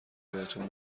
بهتون